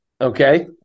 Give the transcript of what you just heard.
Okay